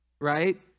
Right